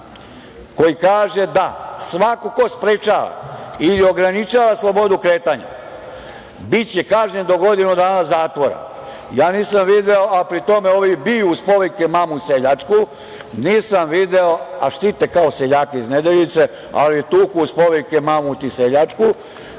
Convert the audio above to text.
koji kaže da svako ko sprečava ili ograničava slobodu kretanja biće kažnjen do godinu dana zatvora? Ja nisam video, a pri tome ovi biju uz povike mamu seljačku, a štite kao seljaka iz Nedeljice, ali tuku uz povike mamu ti seljačku,